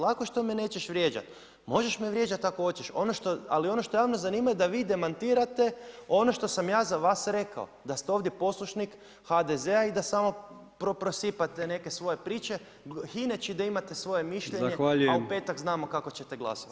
Lako što me nećeš vrijeđati, možeš me vrijeđati ako hoćeš ali ono što javnost zanima je da vi demantirate ono što sam ja za vas rekao, da ste ovdje poslušnih HDZ-a i da samo prosipate neke svoje priče hineći da imate svoje mišljenje a u petak znamo kako ćete glasovati.